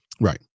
Right